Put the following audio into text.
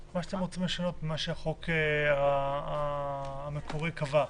מה שאתם רוצים לשנות ממה שהחוק המקורי קבע,